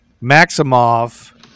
Maximov